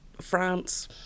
France